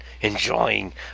enjoying